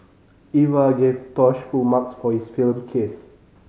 Eva gave Tosh full marks for his film kiss